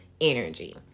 energy